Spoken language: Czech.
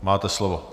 Máte slovo.